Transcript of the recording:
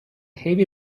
heavy